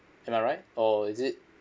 am I right or is it